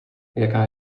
jaká